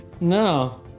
No